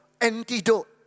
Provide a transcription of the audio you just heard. antidote